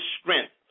strength